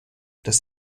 des